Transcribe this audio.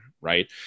right